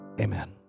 Amen